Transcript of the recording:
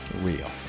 real